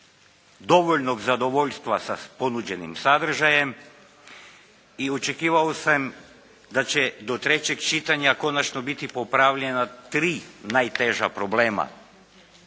dovoljnog zadovoljstva sa ponuđenim sadržajem. I očekivao sam da će do trećeg čitanja konačno biti popravljena tri najteža problema